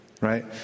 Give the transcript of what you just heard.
right